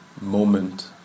moment